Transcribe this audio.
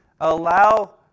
allow